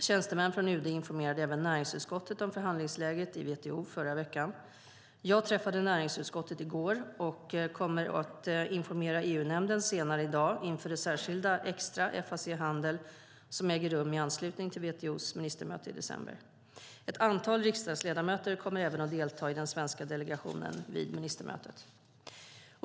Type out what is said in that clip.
Tjänstemän från UD informerade även näringsutskottet om förhandlingsläget i WTO i förra veckan. Jag träffade näringsutskottet i går och kommer att informera EU-nämnden senare i dag inför det särskilda extra FAC handel som äger rum i anslutning till WTO:s ministermöte i december. Ett antal riksdagsledamöter kommer även att delta i den svenska delegationen vid ministermötet.